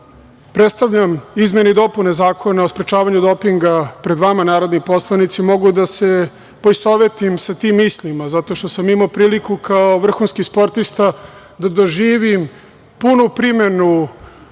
predstavljam izmene i dopune Zakona o sprečavanju dopinga pred vama, narodni poslanici, mogu da se poistovetim sa tim istima, zato što sam imao priliku kao vrhunski sportista da doživim punu primenu